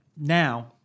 Now